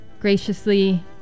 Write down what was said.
Graciously